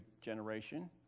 generation